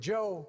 Joe